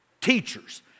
teachers